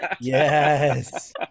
yes